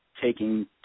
taking